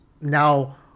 now